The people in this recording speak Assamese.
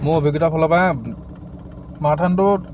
মোৰ অভিজ্ঞতা ফালৰ পৰা মাৰাথন দৌৰ